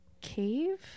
cave